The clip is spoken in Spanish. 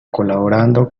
colaborando